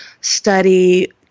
study